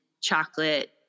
chocolate